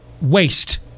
waste